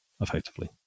effectively